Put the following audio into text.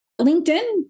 LinkedIn